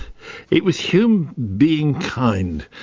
it was hume being kind.